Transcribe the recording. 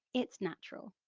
it's natural.